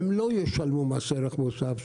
הם לא ישלמו מס ערך מוסף.